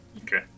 Okay